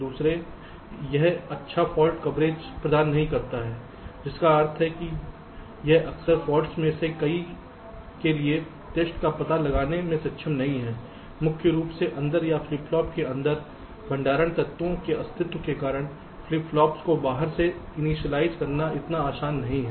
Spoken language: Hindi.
दूसरे यह अच्छा फाल्ट कवरेज प्रदान नहीं करता है जिसका अर्थ है कि यह अक्सर फॉल्ट्स में से कई के लिए टेस्ट्स का पता लगाने में सक्षम नहीं है मुख्य रूप से अंदर या फ्लिप फ्लॉप के अंदर भंडारण तत्वों के अस्तित्व के कारण फ्लिप फ्लॉप्स को बाहर से इनिशियलाइज़ करना इतना आसान नहीं है